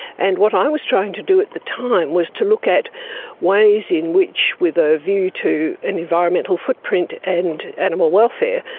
and what i was trying to do at the time was to look at ways in which, with a view to an environmental footprint and animal welfare,